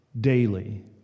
daily